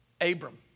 Abram